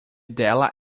dela